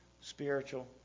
spiritual